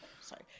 sorry